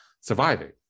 surviving